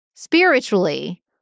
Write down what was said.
Spiritually